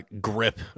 grip